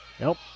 Nope